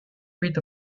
breed